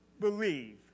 believe